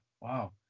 Wow